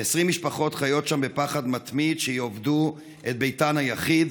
כ-20 משפחות חיות שם בפחד מתמיד שיאבדו את ביתן היחיד.